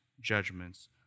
judgments